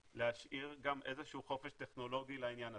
להשאיר גם איזה שהוא חופש טכנולוגי לעניין הזה.